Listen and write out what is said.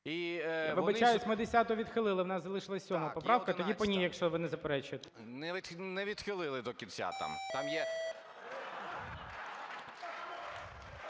Вибачаюсь, ми 10-у відхилили у нас залишилась 7 поправка. Тоді по ній, якщо ви не заперечуєте. АРАХАМІЯ Д.Г. Не відхилили до кінця там.